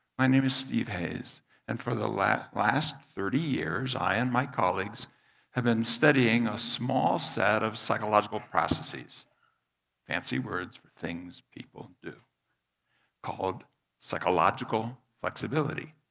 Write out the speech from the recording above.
name is steve hayes and for the last last thirty years, i and my colleagues have been studying a small set of psychological processes fancy words for things people do called psychological flexibility.